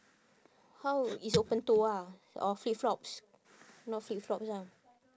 how it's open toe ah or flip flops not flip flops ah